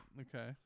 Okay